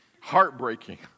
Heartbreaking